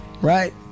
right